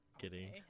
kidding